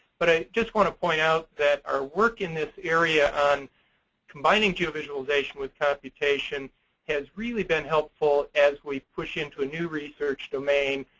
but i just want to point out that our work in this area on combining geovisualization with computation has really been helpful as we push into a new research domain,